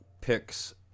picks